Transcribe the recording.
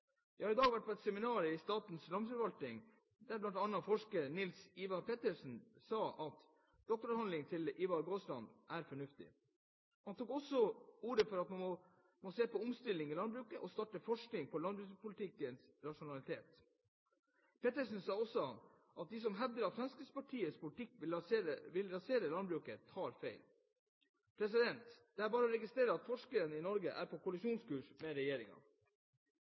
Jeg har i dag vært på et seminar i Statens landbruksforvaltning, der bl.a. forsker i Norsk institutt for landbruksøkonomisk forskning – NILF – Ivar Pettersen, sa at doktoravhandlingen til Ivar Gaasland er fornuftig. Han tok også til orde for at man må se på omstilling i landbruket og starte forskning på landbrukspolitikkens rasjonalitet. Pettersen sa også at de som hevder at Fremskrittspartiets politikk vil rasere landbruket, tar feil. Det er bare å registrere at forskere i Norge er på kollisjonskurs med